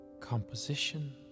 Composition